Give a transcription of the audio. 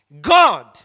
God